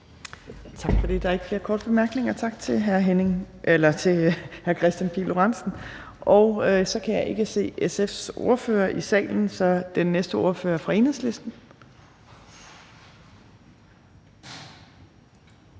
Tak for det. Der er ikke flere korte bemærkninger, så tak til hr. Kristian Pihl Lorentzen. Og jeg kan ikke se SF's ordfører i salen, så den næste ordfører er fra Enhedslisten.